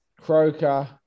Croker